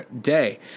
day